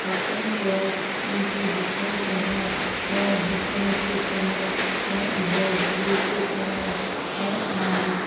ᱦᱚᱯᱚᱱ ᱠᱚᱣᱟᱭ ᱩᱱᱠᱩ ᱦᱚᱯᱚᱱ ᱠᱚᱦᱚᱸ ᱦᱚᱸ ᱦᱚᱯᱚᱱ ᱦᱚᱪᱚᱠᱚᱢᱮ ᱦᱮᱸ ᱟᱨᱦᱚᱸ ᱵᱤᱞᱤ ᱦᱚᱪᱚᱠᱚᱢᱮ ᱦᱮᱸ ᱟᱨ